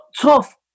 Tough